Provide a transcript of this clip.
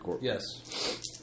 Yes